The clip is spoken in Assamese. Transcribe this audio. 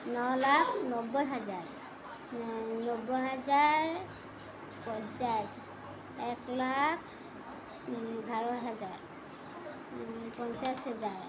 ন লাখ নব্বৈ হাজাৰ নব্বৈ হাজাৰ পঞ্চাছ এক লাখ বাৰ হেজাৰ পঞ্চাছ হেজাৰ